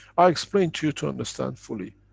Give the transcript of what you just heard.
i explain to you to understand fully.